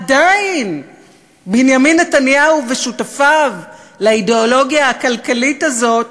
עדיין בנימין נתניהו ושותפיו לאידיאולוגיה הכלכלית הזאת,